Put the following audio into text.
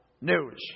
news